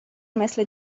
مثل